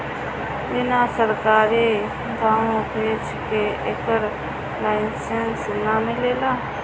बिना सरकारी दाँव पेंच के एकर लाइसेंस ना मिलेला